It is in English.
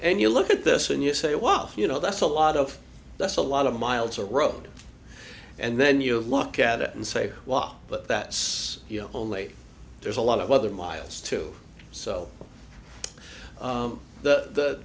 and you look at this and you say well you know that's a lot of that's a lot of miles or road and then you look at it and say wow but that's only there's a lot of other miles too so the t